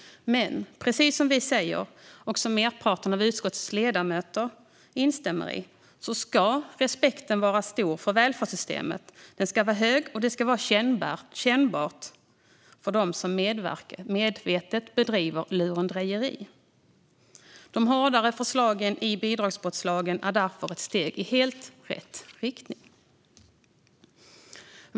Precis som vi säger, och som merparten av utskottets ledamöter instämmer i, ska respekten vara stor för välfärdssystemet. Det ska vara kännbart att medvetet ägna sig åt lurendrejeri. De hårdare förslagen i bidragsbrottslagen är därför ett steg i helt rätt riktning.